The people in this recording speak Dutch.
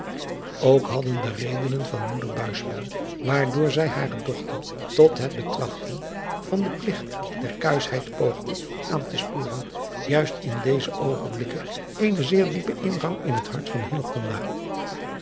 ook hadden de redenen van moeder buisman waardoor zij hare dochter tot het betrachten van den pligt der kuischheid poogde aan te sporen juist in deze oogenblikken eenen zeer diepen ingang in het hart van